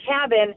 cabin